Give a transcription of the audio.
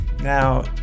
Now